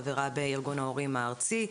חברה בארגון ההורים הארצי,